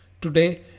Today